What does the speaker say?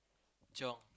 chiong